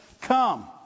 come